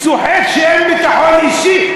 וצוחק שאין ביטחון אישי.